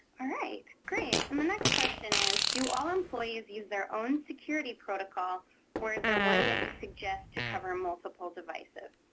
all right. great. and the next question is, do all employees use their own security protocol or is there one that you suggested to cover multiple devices?